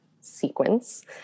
sequence